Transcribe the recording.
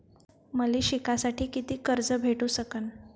मले शिकासाठी कितीक कर्ज भेटू सकन?